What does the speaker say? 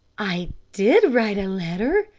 i did write a letter,